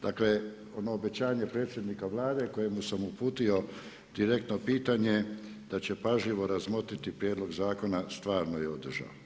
Dakle, ono obećanje predsjednika Vlade kojemu sam uputio direktno pitanje da će pažljivo razmotriti prijedlog zakona stvarno je održao.